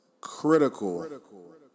critical